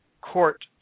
court